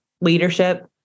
leadership